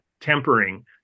tempering